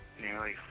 nearly